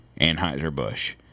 Anheuser-Busch